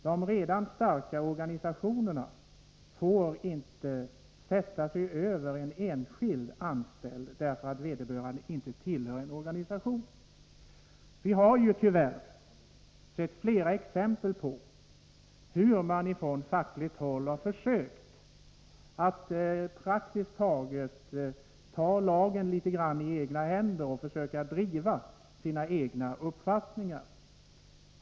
De redan starka organisationerna får inte sätta sig över en enskild anställd därför att vederbörande inte tillhör en organisation. Vi har tyvärr sett flera exempel på hur man ifrån fackligt håll har försökt att litet grand ta lagen i egna händer och försöka driva sina egna uppfattningar.